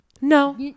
No